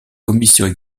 commissions